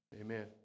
amen